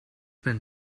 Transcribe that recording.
been